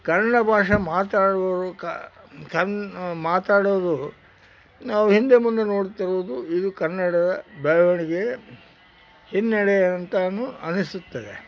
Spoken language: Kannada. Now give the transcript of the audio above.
ಕನ್ನಡ ಭಾಷೆ ಮಾತನಾಡುವವರು ಕ ಕನ್ನಡ ಮಾತಾಡೋದು ನಾವು ಹಿಂದೆ ಮುಂದೆ ನೋಡುತ್ತಿರುವುದು ಇದು ಕನ್ನಡದ ಬೆಳವಣಿಗೆಗೆ ಹಿನ್ನಡೆ ಅಂತಾನೂ ಅನಿಸುತ್ತದೆ